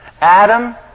Adam